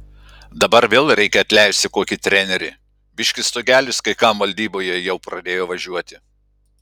dabar vėl reikia atleisti kokį trenerį biški stogelis kai kam valdyboje jau pradėjo važiuoti